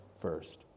first